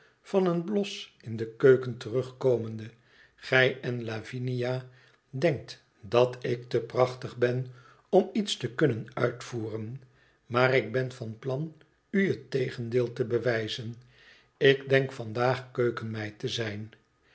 van een blos in de keuken terugkomende gij enlavmia denkt dat ik te prachtig ben om iets te kunnen uitvoeren maar ik ben van plan u het tegendeel te bewijzen ik denk vandaag keukenmeid te zijn